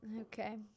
Okay